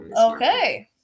Okay